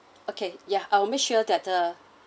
okay ya I will make sure that uh